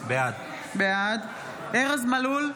בעד ארז מלול,